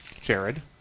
Jared